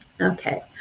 Okay